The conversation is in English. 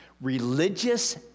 religious